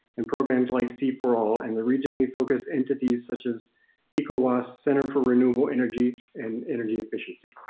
and programs like seforall, and the regionally focused entities such as ecows center for renewable energy and energy efficiency.